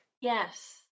Yes